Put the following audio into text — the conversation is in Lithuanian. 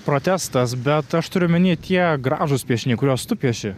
protestas bet aš turiu omeny tie gražūs piešiniai kuriuos tu pieši